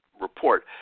report